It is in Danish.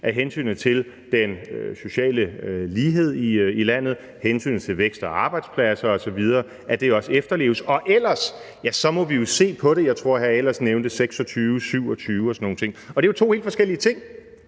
at hensynet til den sociale lighed i landet og hensynet til vækst og arbejdspladser osv. også efterleves. Og ellers må vi jo se på det. Jeg tror, at hr. Tommy Ahlers nævnte 2026 og 2027 og sådan nogle ting. Og det er jo to helt forskellige ting.